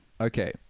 Okay